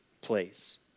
place